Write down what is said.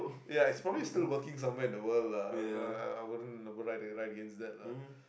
ya it's probably still working somewhere in the world lah I I wouldn't lie against that lah